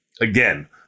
again